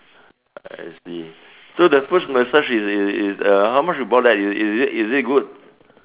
I see so the foot massage is is is uh how much you brought that is it is it good